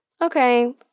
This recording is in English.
okay